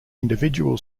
individual